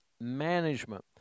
management